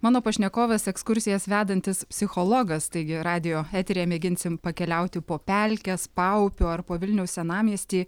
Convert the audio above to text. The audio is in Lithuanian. mano pašnekovas ekskursijas vedantis psichologas taigi radijo eteryje mėginsim pakeliauti po pelkes paupiu ar po vilniaus senamiestį